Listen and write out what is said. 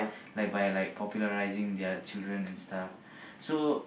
like by like popularizing their children and stuff so